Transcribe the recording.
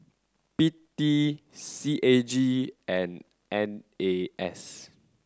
P T C A G and N A S